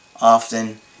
often